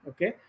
Okay